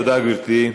תודה, גברתי.